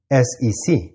SEC